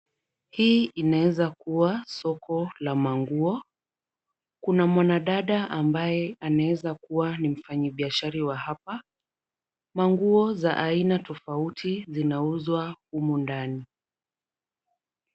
Hii inaweza kuwa soko la manguo. Kuna mwanadada ambaye anaweza kuwa ni mfanyabiashara wa hapa. Manguo za aina tofauti zinauzwa humo ndani.